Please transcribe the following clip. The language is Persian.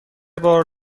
بار